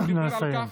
נא לסיים.